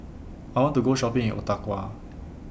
I want to Go Shopping in Ottawa